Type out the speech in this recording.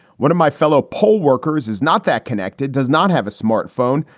one of my fellow poll workers is not that connected, does not have a smartphone,